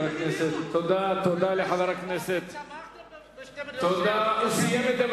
הדרך האחת והיחידה היא שאנחנו נחליט, אם